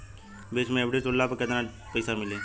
बीच मे एफ.डी तुड़ला पर केतना पईसा मिली?